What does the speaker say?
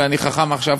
ואני חכם עכשיו,